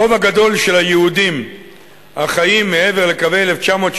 הרוב הגדול של היהודים החיים מעבר לקווי 1967